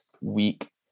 week